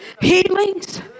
healings